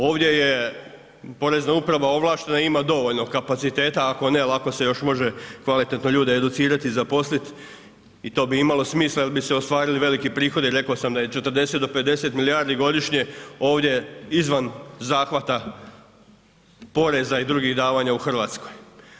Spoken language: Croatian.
Ovdje je porezna uprava ovlaštena i ima dovoljno kapaciteta, ako ne, lako se još može kvalitetno ljude educirati, zaposliti i to bi imalo smisla jer bi se ostvarili veliki prihodi, rekao sam da je 40-50 milijardi godišnje ovdje izvan zahvata porezna i drugih davanja u Hrvatskoj.